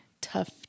tough